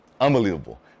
unbelievable